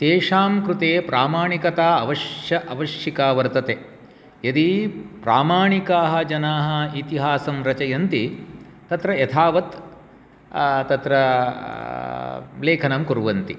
तेषां कृते प्रामाणिकता अवश्य आवश्यकी वर्तते यदि प्रामाणिकाः जनाः इतिहासं रचयन्ति तत्र यथावत् तत्र लेखनं कुर्वन्ति